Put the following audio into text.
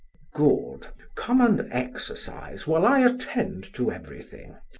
good! come and exercise while i attend to everything.